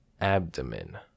Abdomen